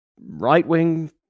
right-wing